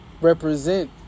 represent